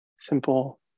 Simple